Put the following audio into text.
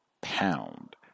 pound